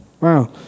Wow